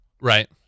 Right